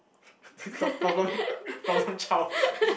this called problem problem child